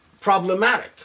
problematic